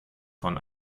von